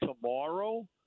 tomorrow